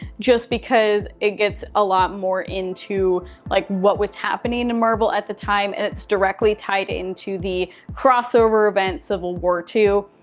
just because it gets a lot more into like what was happening in marvel at the time and it's directly tied into the crossover event civil war ii.